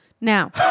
Now